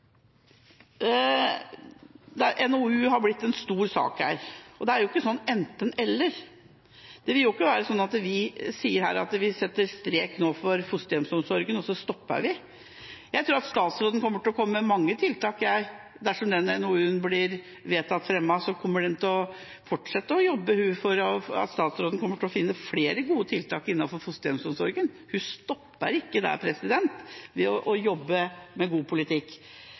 av en NOU er blitt en stor sak her, og det er ikke sånn enten–eller. Det vil ikke være sånn at vi her sier at vi nå setter strek for fosterhjemsomsorgen, og så stopper vi. Jeg tror at statsråden kommer til å komme med mange tiltak dersom denne NOU-en blir vedtatt igangsatt, og så kommer statsråden til å fortsette å jobbe og kommer til å finne fram til flere gode tiltak innenfor fosterhjemsomsorgen. Hun stopper ikke der med å jobbe med god politikk.